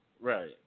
right